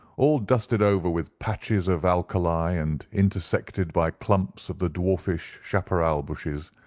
all dusted over with patches of alkali, and intersected by clumps of the dwarfish chaparral bushes.